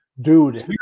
dude